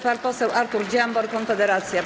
Pan poseł Artur Dziambor, Konfederacja.